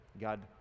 god